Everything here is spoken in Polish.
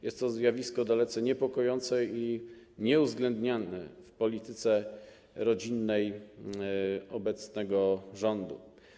Jest to zjawisko dalece niepokojące i nieuwzględniane w polityce rodzinnej obecnego rządu.